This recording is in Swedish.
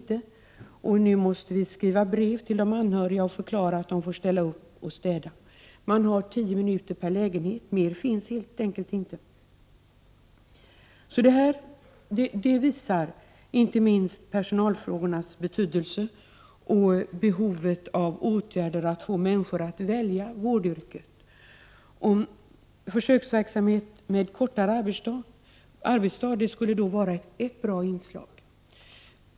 Hemvårdsassistenten sade vidare att personalen får skriva brev till de anhöriga och förklara att de får städa. Personalen har tio minuter på sig till varje lägenhet, mer tid finns helt enkelt inte. Detta visar inte minst på personalfrågornas betydelse och på behovet av åtgärder för att få människor att välja vårdyrket. Försöksverksamhet med kortare arbetsdag skulle vara ett bra inslag.